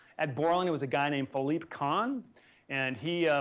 at borlen there was a guy named philippe khan and he,